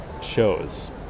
shows